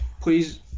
please